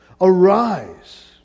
arise